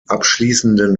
abschließenden